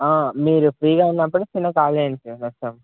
మీరు ఫ్రీగా ఉన్నప్పుడు చిన్న కాల్ చేయండి సార్ వస్తాం